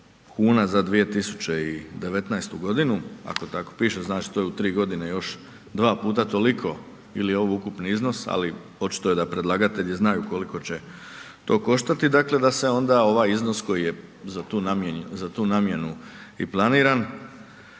kuna za 2019. godinu, ako tako piše znači to je u tri godine još dva puta toliko ili je ovo ukupni iznos, ali očito da predlagatelji znaju koliko će to koštati dakle da se onda ovaj iznos koji je za tu namjenu i planiran